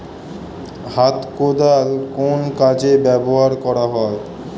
হাত কোদাল কোন কাজে ব্যবহার করা হয়?